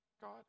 God